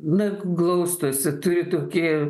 na glaustosi turi tokį